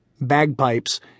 bagpipes